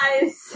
guys